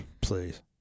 please